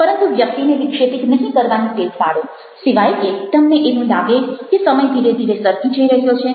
પરંતુ વ્યક્તિને વિક્ષેપિત નહિ કરવાની ટેવ પાડો સિવાય કે તમને એવું લાગે કે સમય ધીરે ધીરે સરકી જઈ રહ્યો છે